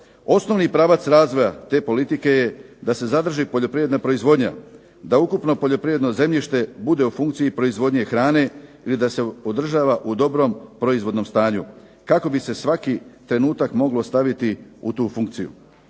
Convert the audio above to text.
Osnovni pravac razvoja te politike je da se zadrži poljoprivredna proizvodnja, da ukupno poljoprivredno zemljište bude u funkciji proizvodnje hrane ili da se održava u dobrom proizvodnom stanju kako bi se svaki trenutak moglo staviti u tu funkciju.